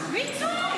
מי צועק?